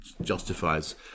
justifies